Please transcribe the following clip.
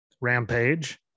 Rampage